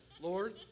Lord